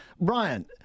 Brian